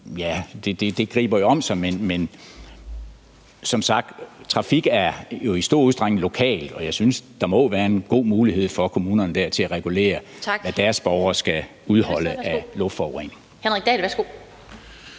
Det griber om sig, men trafik er jo som sagt i stor udstrækning lokal, og jeg synes, at der må være en god mulighed for kommunerne der til at regulere, hvad deres borgere skal udholde af luftforurening.